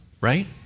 right